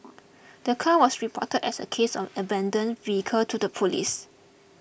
the car was reported as a case of an abandoned vehicle to the police